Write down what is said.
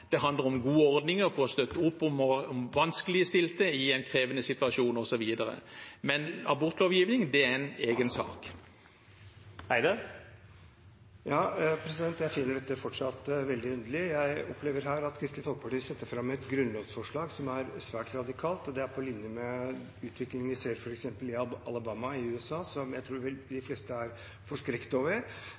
det handler om gode ordninger for å støtte opp om vanskeligstilte i en krevende situasjon, osv. Men abortlovgivning er en egen sak. Jeg finner dette fortsatt veldig underlig. Jeg opplever at Kristelig Folkeparti setter fram et grunnlovsforslag som er svært radikalt, og det er på linje med utviklingen vi ser i f.eks. Alabama i USA, som jeg tror de fleste er forskrekket over.